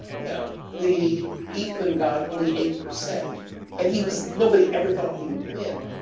you know, the, ethan got only eight percent and he was, nobody ever thought he would win.